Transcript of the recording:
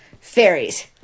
Fairies